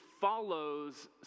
follows